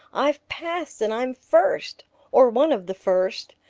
i've passed and i'm first or one of the first!